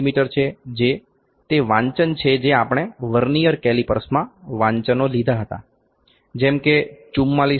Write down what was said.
મી છે જે તે વાંચન છે જે આપણે વર્નીઅર કેલિપર્સમાં વાંચનો લીધા હતા જેમ કે 44